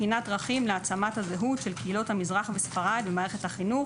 בחינת דרכים להעצמת הזהות של קהילות המזרח וספרד במערכת החינוך